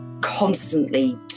constantly